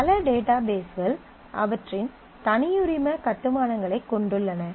பல டேட்டாபேஸ்கள் அவற்றின் தனியுரிம கட்டுமானங்களைக் கொண்டுள்ளன